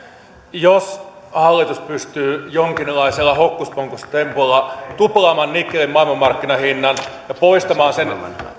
jos hallitus pystyy jonkinlaisella hokkuspokkustempulla tuplaamaan nikkelin maailmanmarkkinahinnan ja poistamaan sen